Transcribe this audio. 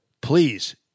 please